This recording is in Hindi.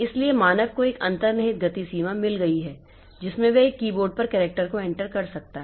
इसलिए मानव को एक अंतर्निहित गति सीमा मिल गई है जिसमें वह एक कीबोर्ड पर करैक्टर को एंटर कर सकता है